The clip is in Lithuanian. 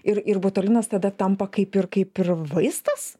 ir ir botulinas tada tampa kaip ir kaip ir vaistas